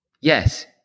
yes